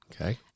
Okay